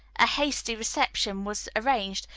a hasty reception was arranged,